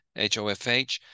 HOFH